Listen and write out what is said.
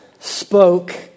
spoke